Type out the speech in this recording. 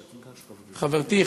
חברתי,